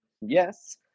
Yes